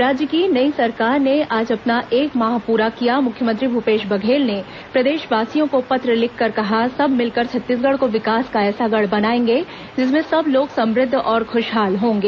राज्य की नई सरकार ने आज अपना एक माह पूरा किया मुख्यमंत्री भूपेश बघेल ने प्रदेशवासियों को पत्र लिखकर कहा सब मिलकर छत्तीसगढ़ को विकास का ऐसा गढ़ बनाएंगे जिसमें सब लोग समुद्द और खुशहाल होंगे